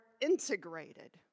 integrated